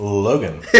Logan